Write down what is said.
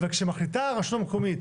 אבל כשמחליטה הרשות המקומית